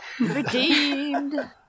Redeemed